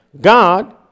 God